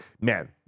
man